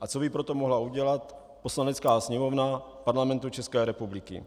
a co by pro to mohla udělat Poslanecká sněmovna Parlamentu České republiky.